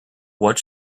what